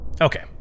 okay